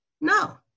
No